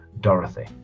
Dorothy